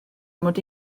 mod